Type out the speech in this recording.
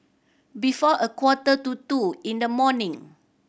before a quarter to two in the morning